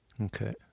okay